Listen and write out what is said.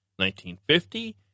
1950